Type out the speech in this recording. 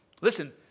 Listen